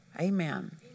Amen